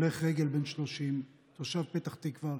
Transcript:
הולך רגל בן 30, תושב פתח תקווה,